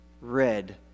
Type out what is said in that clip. red